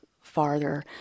farther